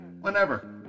whenever